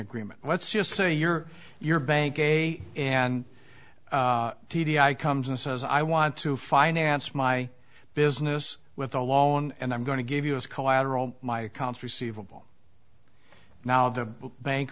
agreement let's just say you're your bank and t d i comes and says i want to finance my business with a loan and i'm going to give you as collateral my accounts receivable now the bank